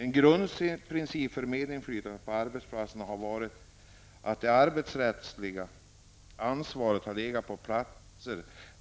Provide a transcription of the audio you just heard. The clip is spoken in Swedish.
En grundprincip för medinflytandet på arbetsplatsen har varit att det arbetsrättsliga ansvaret har legat på den plats